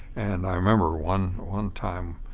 and i remember one one time,